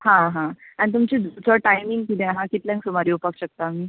हा हा आनी तुमची थंय टायमींग कितें आहा कितल्यांक सुमार येवपाक शकता आमी